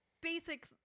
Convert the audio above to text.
basic